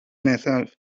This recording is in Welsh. nesaf